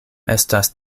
estas